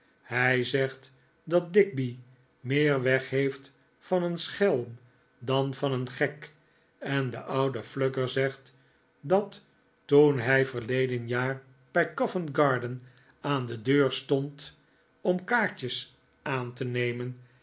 hij zegt dat digby meer weg heeft van een schelm dan van een gek en de oude flugger zegt dat toen hij verleden jaar bij covent-garden aan de deur stond om kaartjes aan te nemen